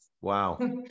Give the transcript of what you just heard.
Wow